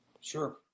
Sure